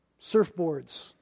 surfboards